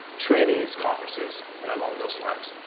trainings, conferences, and along those lines.